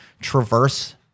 traverse